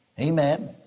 Amen